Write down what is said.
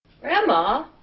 Grandma